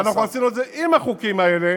ואנחנו עשינו את זה עם החוקים האלה,